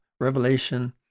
Revelation